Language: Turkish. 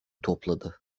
topladı